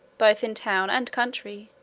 both in town and country